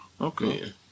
Okay